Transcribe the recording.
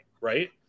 right